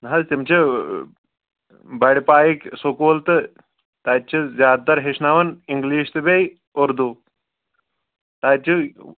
نہ حظ تِم چھِ بَڑِ پایِک سکوٗل تہٕ تَتہِ چھِ زیادٕ تر ہیٚچھناوان اِنٛگلِش تہٕ بیٚیہِ اُردو تَتہِ